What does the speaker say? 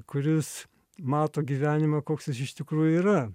kuris mato gyvenimą koks jis iš tikrųjų yra